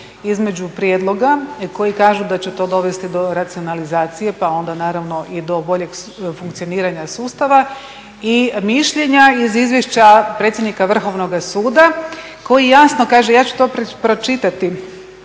između prijedloga koji kažu da će to dovesti do racionalizacije pa onda naravno i do boljeg funkcioniranja sustava i mišljenja iz izvješća predsjednika Vrhovnoga suda koji jasno kaže, ja ću to pročitati,